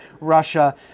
Russia